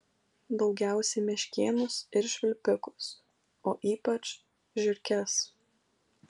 daugiausiai meškėnus ir švilpikus o ypač žiurkes